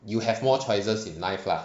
you have more choices in life lah